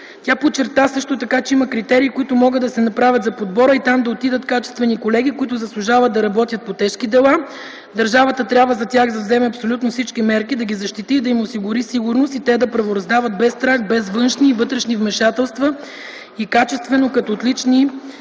Тя подчерта също така, че има критерии, които могат да се направят за подбора и там да отидат качествени колеги, които заслужават да работят по тежки дела. Държавата трябва за тях да вземе абсолютно всички мерки да ги защити и да им осигури сигурност и те да правораздават без страх, без външни и вътрешни вмешателства и качествено, като отлични